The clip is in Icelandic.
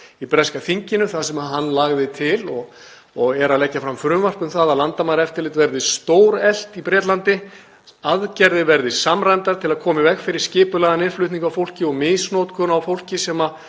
í breska þinginu þar sem hann lagði til og er að leggja fram frumvarp um að landamæraeftirlit verði stóreflt í Bretlandi, aðgerðir verði samræmdar til að koma í veg fyrir skipulagðan innflutning á fólki og misnotkun á fólki sem þar